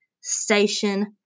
Station